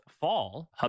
fall